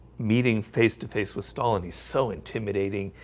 meeting face to face with stalin. he's so intimidating.